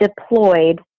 deployed